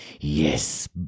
yes